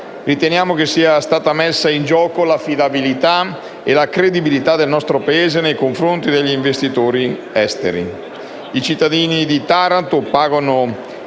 Riteniamo che sia stata messa in gioco l'affidabilità e la credibilità del nostro Paese nei confronti degli investitori esteri. I cittadini di Taranto pagano